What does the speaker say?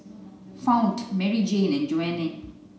Fount Maryjane and Joanie